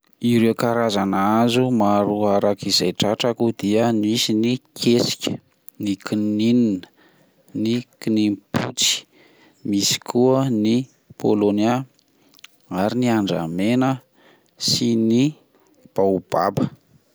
Ireo karazana hazo maro arak'izay tratrako dia misy ny kesika ,ny kininina, ny kininin-potsy, misy koa ny polonia, ary ny andramena sy ny baobaba.